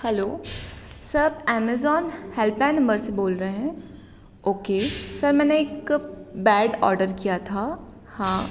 hello sir आप Amazon helpline number से बोल रहे हैं ओके सर मैंने एक बैड ऑर्डर किया था हाँ